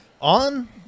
on